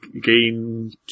gain